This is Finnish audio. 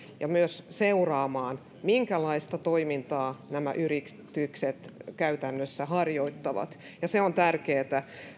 ja seuraamaan minkälaista toimintaa nämä yritykset käytännössä harjoittavat se on tärkeätä